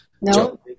no